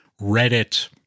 Reddit